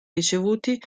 ricevuti